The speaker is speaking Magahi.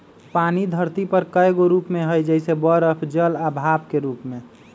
पानी धरती पर कए गो रूप में हई जइसे बरफ जल आ भाप के रूप में